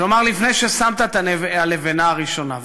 כלומר לפני ששמת את הלבנה הראשונה.